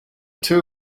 two